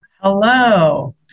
Hello